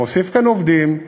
מוסיף כאן עובדים,